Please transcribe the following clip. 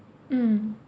mm